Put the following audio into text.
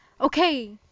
Okay